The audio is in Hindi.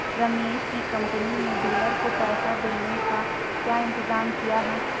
रमेश की कंपनी में डीलर को पैसा देने का क्या इंतजाम किया है?